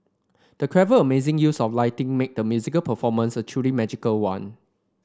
the clever and amazing use of lighting made the musical performance a truly magical one